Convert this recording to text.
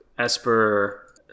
Esper